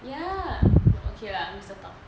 ya okay lah mister tok